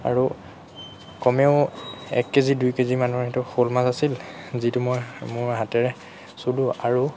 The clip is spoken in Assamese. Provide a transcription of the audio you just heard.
আৰু কমেও এক কেজি দুই কেজি মানৰ সেইটো শ'ল মাছ আছিল যিটো মই মোৰ হাতেৰে চুলোঁ আৰু